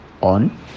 on